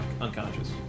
unconscious